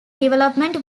development